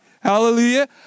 Hallelujah